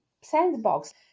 sandbox